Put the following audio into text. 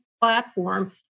platform